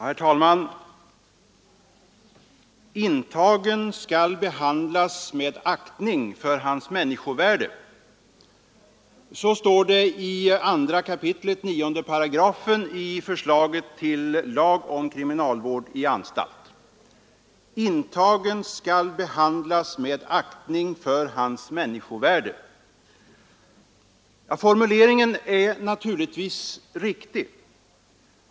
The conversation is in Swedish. Herr talman! ”Intagen skall behandlas med aktning för hans människovärde.” Så står det i 2 kap. 9 § i förslaget till lag om kriminalvård i anstalt. ”Intagen skall behandlas med aktning för hans människovärde.” Formuleringen är naturligtvis riktig.